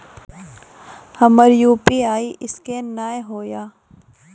हमर UPI scan नेय हो या?